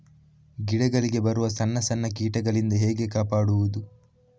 ಗಿಡಗಳಿಗೆ ಬರುವ ಸಣ್ಣ ಸಣ್ಣ ಕೀಟಗಳಿಂದ ಹೇಗೆ ಕಾಪಾಡುವುದು?